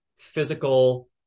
Physical